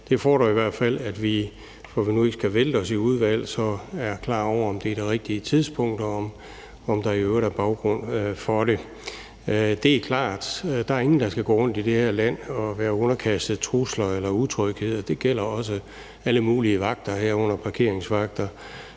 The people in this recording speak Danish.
Det fordrer i hvert fald, for at vi nu ikke skal vælte os i udvalg, at vi er klar over, om det er det rigtige tidspunkt, og om der i øvrigt er baggrund for det. Det er klart, at der ikke er nogen i det her land, der skal gå rundt og være underkastet trusler eller utryghed, og det gælder også alle mulige vagter, herunder parkeringsvagter.